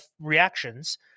reactions